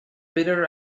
bitter